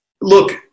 look